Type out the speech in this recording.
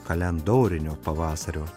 kalendorinio pavasario